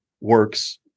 works